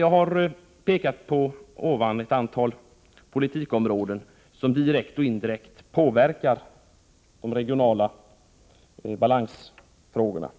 Jag har nu pekat på ett antal politikområden som direkt eller indirekt påverkar de regionala balanserna.